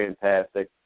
fantastic